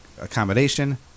Accommodation